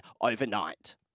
overnight